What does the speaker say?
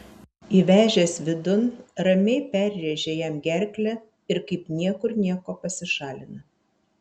įvežęs vidun ramiai perrėžia jam gerklę ir kaip niekur nieko pasišalina